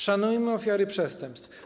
Szanujmy ofiary przestępstw.